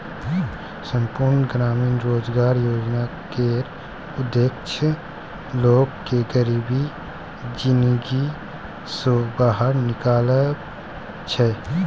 संपुर्ण ग्रामीण रोजगार योजना केर उद्देश्य लोक केँ गरीबी जिनगी सँ बाहर निकालब छै